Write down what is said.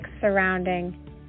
surrounding